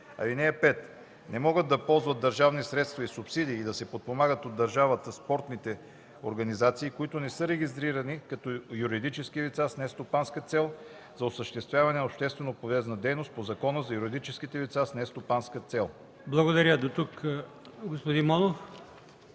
(5) Не могат да ползват държавни средства и субсидии и да се подпомагат от държавата спортни организации, които не са регистрирани като юридически лица с нестопанска цел за осъществяване на общественополезна дейност по Закона за юридическите лица с нестопанска цел.” ПРЕДСЕДАТЕЛ АЛИОСМАН